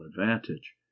advantage